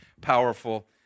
powerful